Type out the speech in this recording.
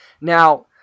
Now